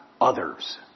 others